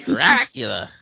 Dracula